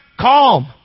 calm